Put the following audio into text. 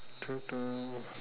two twelve